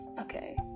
Okay